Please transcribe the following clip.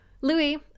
Louis